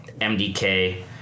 MDK